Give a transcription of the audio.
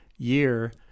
year